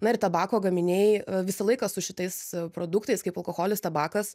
na ir tabako gaminiai visą laiką su šitais produktais kaip alkoholis tabakas